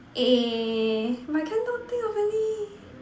eh but I cannot think of any